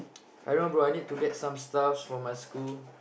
I don't know bro I need to get some stuffs for my school